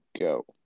go